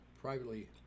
privately